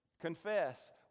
confess